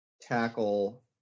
tackle